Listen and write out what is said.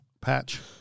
patch